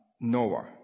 Noah